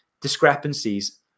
discrepancies